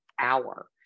hour